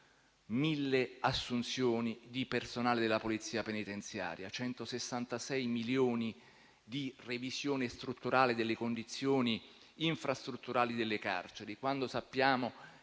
1.000 assunzioni di personale della Polizia penitenziaria e 166 milioni di revisione strutturale delle condizioni infrastrutturali delle carceri;